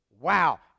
Wow